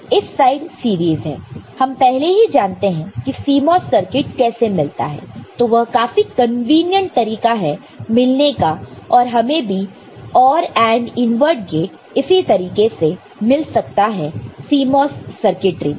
इस side series है हम पहले ही जानते हैं कीCMOS सर्किट कैसे मिलता है तो यह काफी कन्वीनियंट तरीका है मिलने का और हमें भी OR AND इनवर्ट गेट इसी तरीके से मिल सकता है CMOS सर्किटरी में